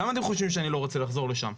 למה אתם חושבים שאני לא רוצה לחזור לשם?